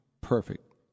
perfect